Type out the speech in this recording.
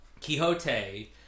Quixote